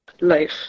life